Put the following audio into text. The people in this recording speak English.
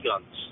guns